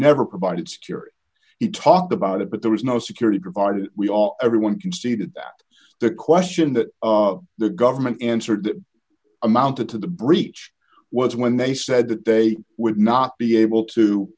never provided security he talked about it but there was no security provided we all everyone conceded that the question that the government answered amounted to the breach was when they said that they would not be able to